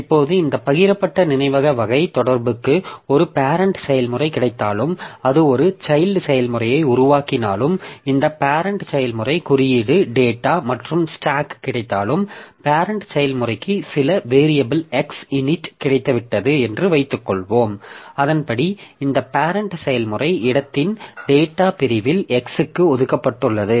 இப்போது இந்த பகிரப்பட்ட நினைவக வகை தொடர்புக்கு ஒரு பேரெண்ட் செயல்முறை கிடைத்தாலும் அது ஒரு சைல்ட் செயல்முறையை உருவாக்கினாலும் இந்த பேரெண்ட் செயல்முறைக்கு குறியீடு டேட்டா மற்றும் ஸ்டாக் கிடைத்தாலும் பேரெண்ட் செயல்முறைக்கு சில வேரியபில் x init கிடைத்துவிட்டது என்று வைத்துக்கொள்வோம் அதன்படி இந்த பேரெண்ட் செயல்முறை இடத்தின் டேட்டா பிரிவில் x க்கு ஒதுக்கப்பட்டுள்ளது